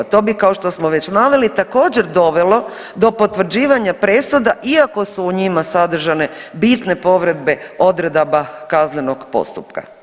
To bi kao što smo već naveli također dovelo do potvrđivanja presuda iako su u njima sadržane bitne povrede odredaba kaznenog postupka.